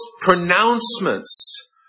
pronouncements